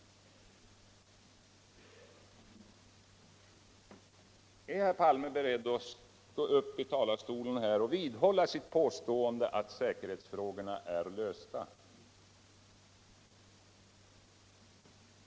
Är herr Palme beredd att från kammarens talarstol vidhälla sitt påstäende att säkerhetsfrågorna är lösta?